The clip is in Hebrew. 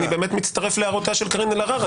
אני מצטרף להערתה של קארין אלהרר,